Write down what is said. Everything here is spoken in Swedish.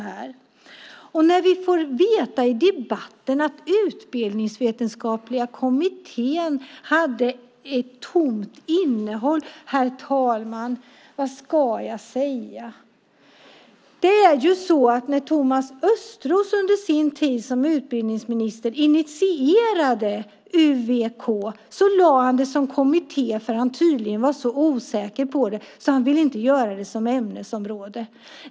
I debatten får vi veta att Utbildningsvetenskapliga kommittén hade ett tomt innehåll. Vad ska jag säga, herr talman? När Thomas Östros under sin tid som utbildningsminister initierade UVK lade han det som en kommitté eftersom han tydligen var så osäker på det att han inte ville göra det som ämnesområde.